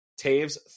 Taves